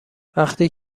وقتی